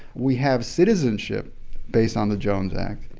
we have citizenship based on the jones act,